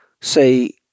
say